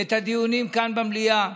את הדיונים כאן במליאה.